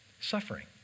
Suffering